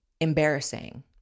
Embarrassing